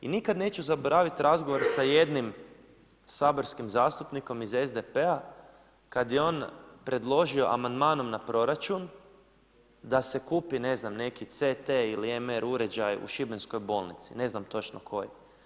I nikada neću zaboraviti razgovore sa jednim saborskim zastupnikom iz SDP-a kada je on predložio amandmanom na proračun da se kupi ne znam neki CT ili MR uređaj u šibenskoj bolnici, ne znam točno koji.